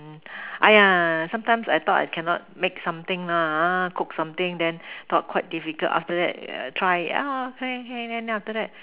mm !aiya! sometimes I thought I cannot make something ah ha cook something then thought quite difficult after that try ah okay okay then after that